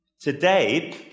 today